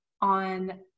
on